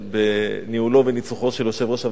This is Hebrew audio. בניהולו וניצוחו של יושב-ראש הוועדה,